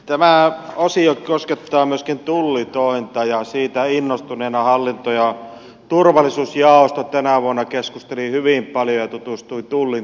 tämä osio koskettaa myöskin tullitointa ja siitä innostuneena hallinto ja turvallisuusjaosto tänä vuonna keskusteli hyvin paljon ja tutustui tullin toimintaan